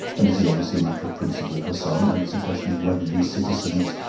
and this is obviously a matter of principle for some and it's a question of whether these citizens,